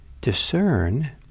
discern